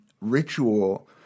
ritual